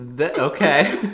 Okay